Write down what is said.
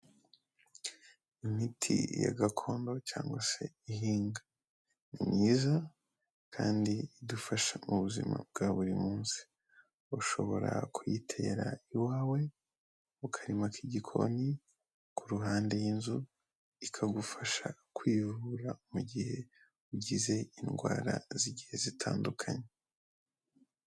Imiti ya gakondo cyangwa se ihinga. Ni myiza kandi idufasha mu buzima bwa buri munsi. Ushobora kuyitera iwawe ku karima k'igikoni ku ruhande y'inzu, ikagufasha kwihura mu gihe ugize indwara z'igihe zitandukanye.